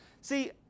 See